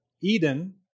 Eden